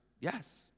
yes